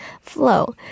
flow